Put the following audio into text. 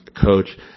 coach